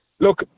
Look